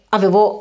avevo